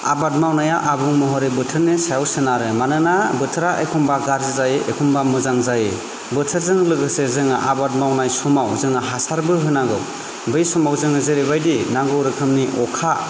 आबाद मावनाया आबुं महरै बोथोरनि सायाव सोनारो मानोना बोथोरा एखनब्ला गाज्रि जायो आरो एखनब्ला मोजां जायो बोथोरजों लोगोसे जोङो आबाद मावनाय समाव जोङो हासारबो होनांगौ बै समाव जोङो जेरैबायदि नांगौ रोखोमनि अखा